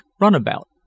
Runabout